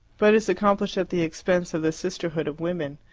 but is accomplished at the expense of the sisterhood of women.